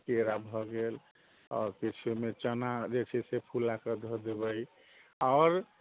केरा भऽ गेल आओर किछु ओहिमे चना जे छै से फुलाकऽ धऽ देबै आओर